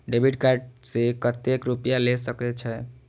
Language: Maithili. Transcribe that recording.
डेबिट कार्ड से कतेक रूपया ले सके छै?